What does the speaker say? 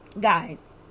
Guys